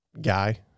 guy